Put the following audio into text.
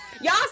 Y'all